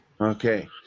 Okay